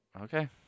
Okay